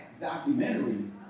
documentary